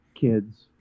kids